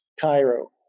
Cairo